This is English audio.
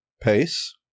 pace